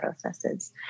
processes